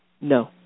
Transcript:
No